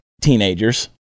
teenagers